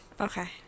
Okay